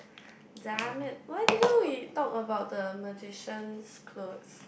damn it why didn't we talk about the magician's clothes